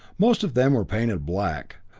most of them were painted black,